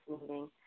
meeting